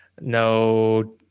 no